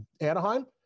Anaheim